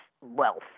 wealth